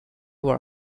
were